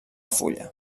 fulla